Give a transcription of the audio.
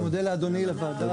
אני מודה לאדוני, לוועדה.